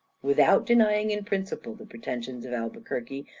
without denying in principle the pretensions of albuquerque,